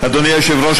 אדוני היושב-ראש,